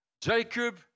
Jacob